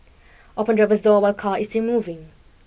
open driver's door while car is still moving